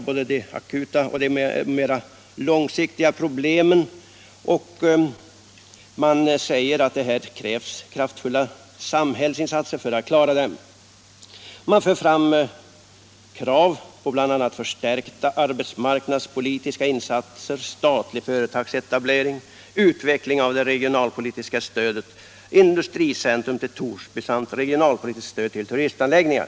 Både de akuta och de mer långsiktiga problemen är enligt motionen av sådan omfattning att det krävs kraftfulla samhällsinsatser för att klara dem. Motionärerna för fram krav på bl.a. förstärkta arbetsmarknadspolitiska insatser, statlig företagsetablering, utveckling av det regionalpolitiska stödet, industricentrum till Torsby samt regionalpolitiskt stöd till turistanläggningar.